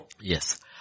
yes